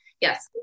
Yes